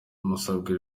musabwe